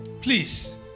Please